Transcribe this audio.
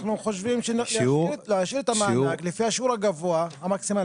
אנחנו חושבים להשאיר את המענק לפי השיעור הגבוה המקסימלי,